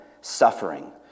suffering